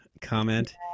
comment